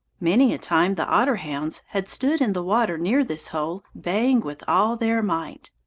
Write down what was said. many a time the otter-hounds had stood in the water near this hole baying with all their might.